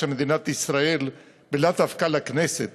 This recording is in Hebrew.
של מדינת ישראל ולאו דווקא לכנסת,